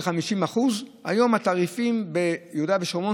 50%. היום התעריפים ביהודה ושומרון,